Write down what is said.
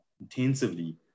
intensively